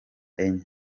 enye